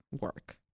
work